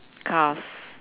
cars